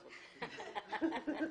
מהשבחה,